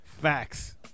Facts